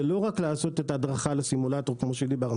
מדובר לא רק לעשות את ההדרכה על הסימולטור כמו שדיברנו,